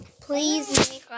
Please